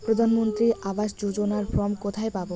প্রধান মন্ত্রী আবাস যোজনার ফর্ম কোথায় পাব?